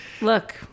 Look